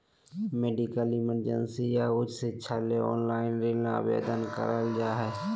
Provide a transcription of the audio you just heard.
medical emergency या उच्च शिक्षा ले ऑनलाइन ऋण आवेदन करल जा हय